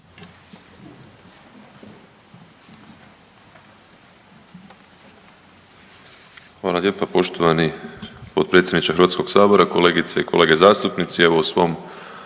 Hvala lijepo poštovani potpredsjedniče Hrvatskoga sabora. Kolegice i kolege.